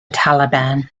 taliban